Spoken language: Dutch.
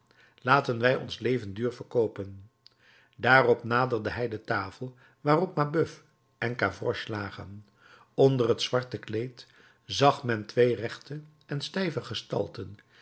laten wij ons leven duur verkoopen daarop naderde hij de tafel waarop mabeuf en gavroche lagen onder het zwarte kleed zag men twee rechte en stijve gestalten